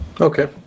okay